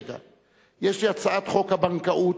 יש לי הצעת חוק הבנקאות,